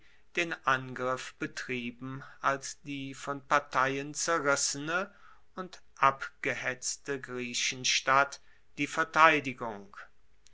den angriff betrieben als die von parteien zerrissene und abgehetzte griechenstadt die verteidigung